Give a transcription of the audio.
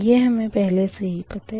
यह हमें पहले से ही पता है